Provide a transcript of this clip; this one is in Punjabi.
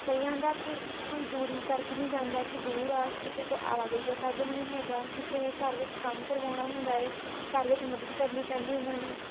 ਕਈਆਂ ਦਾ ਤਾਂ ਕੋਈ ਦੂਰੀ ਕਰਕੇ ਨਹੀਂ ਜਾਂਦਾ ਕਿ ਦੂਰ ਆ ਕਿਸੇ ਕੋਲ ਆਵਾਜਾਈ ਦਾ ਸਾਧਨ ਨਹੀਂ ਹੈਗਾ ਕਿਸੇ ਨੇ ਘਰ ਵਿੱਚ ਕੰਮ ਕਰਵਾਉਣਾ ਹੁੰਦਾ ਹੈ ਘਰ ਵਿੱਚ ਮਦਦ ਕਰਨੀ ਪੈਂਦੀ ਉਹਨਾਂ ਨੂੰ